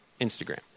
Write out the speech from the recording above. Instagram